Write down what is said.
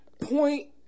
point